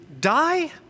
Die